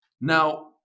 Now